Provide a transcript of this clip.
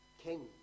King